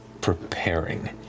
preparing